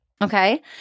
okay